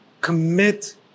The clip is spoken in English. commit